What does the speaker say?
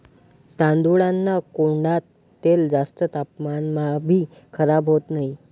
तांदूळना कोंडान तेल जास्त तापमानमाभी खराब होत नही